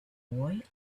boy